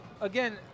again